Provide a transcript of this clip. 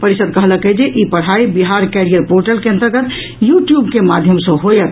परिषद कहलक अछि जे ई पढ़ाई बिहार कैरियर पोर्टल के अन्तर्गत यू ट्यूब के माध्यम सँ होयत